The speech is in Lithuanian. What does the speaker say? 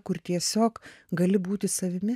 kur tiesiog gali būti savimi